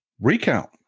recount